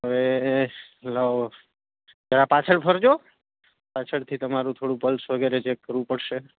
હવે લાવો જરા પાછળ ફરજો પાછળથી તમારું થોડું પલ્સ વગરે ચેક કરવું પડશે